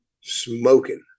smoking